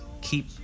keep